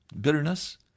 bitterness